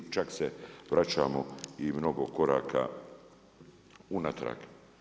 Čak se vračamo i mnogo koraka unatrag.